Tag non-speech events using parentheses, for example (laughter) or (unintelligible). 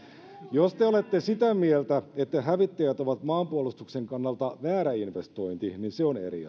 jos te olette sitä mieltä että hävittäjät ovat maanpuolustuksen kannalta väärä investointi niin se on eri (unintelligible)